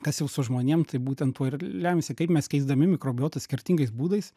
kas jau su žmonėm tai būtent tuo ir lemiasi kaip mes keisdami mikrobiotą skirtingais būdais